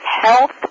health